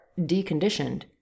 deconditioned